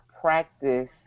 practice